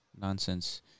nonsense